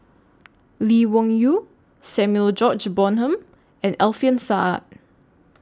Lee Wung Yew Samuel George Bonham and Alfian Sa'at